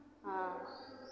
आ